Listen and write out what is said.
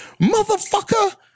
Motherfucker